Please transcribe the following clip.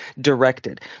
directed